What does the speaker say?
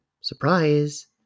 surprise